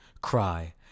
cry